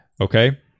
okay